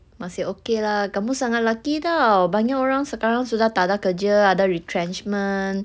masih okay lah kamu sangat lucky tahu banyak orang sekarang sudah tak ada kerja ada retrenchment